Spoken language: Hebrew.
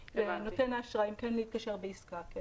לנותן האשראי אם כן או לא להתקשר בעסקה.